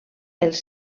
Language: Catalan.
els